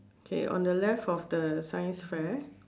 K on the left of the science fair